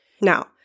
Now